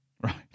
Right